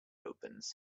opens